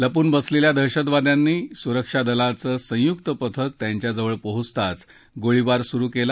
लपून बसलेल्या दहतशतवाद्यांनी सुरक्षादलांचं संयुक्त पथक त्यांच्याजवळ पोचताच गोळीबार सुरु केला